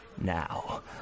now